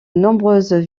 nombreuses